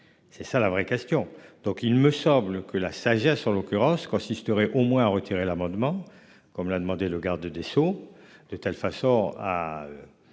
C'est ça la vraie question. Donc il me semble que la sagesse en l'occurrence consisterait au moins à retirer l'amendement, comme l'a demandé le garde des Sceaux de telle façon à.